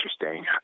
interesting